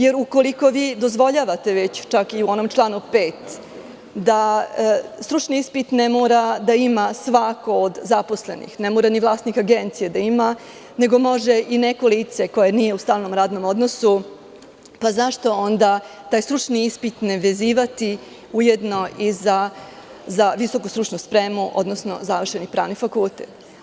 Jer, ukoliko vi dozvoljavate čak i u onom članu 5. da stručni ispit ne mora da ima svako od zaposlenih, ne mora ni vlasnik agencije da ga ima, nego može i neko lice koje nije u stalnom radnom odnosu, zašto onda taj stručni ispit ne vezivati ujedno i za visoku stručnu spremu, odnosno završeni pravni fakultet?